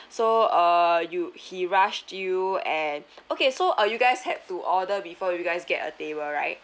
so uh you he rushed you and okay so uh you guys had to order before you guys get a table right